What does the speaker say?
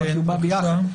באים ביחד.